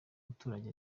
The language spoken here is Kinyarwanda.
umuturage